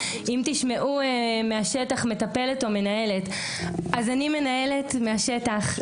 אם תשמעו מהשטח מטפלת או מנהלת אז אני מנהלת מהשטח,